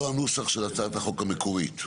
ולא הנוסח של הצעת החוק המקורית.